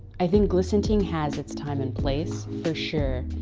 i think glistenting has its time and place for sure.